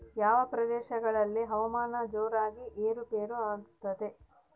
ಯಾವ ಪ್ರದೇಶಗಳಲ್ಲಿ ಹವಾಮಾನ ಜೋರಾಗಿ ಏರು ಪೇರು ಆಗ್ತದೆ?